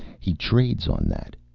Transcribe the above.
he trades on that.